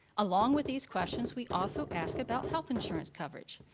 along with these questions we also ask about health insurance coverage.